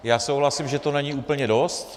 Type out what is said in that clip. Já souhlasím, že to není úplně dost.